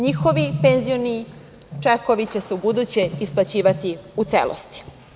Njihovi penzioni čekovi će se ubuduće isplaćivati u celosti.